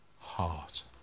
heart